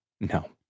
No